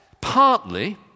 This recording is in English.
Partly